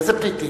איזה פליטים?